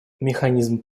механизм